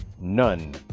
None